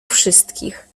wszystkich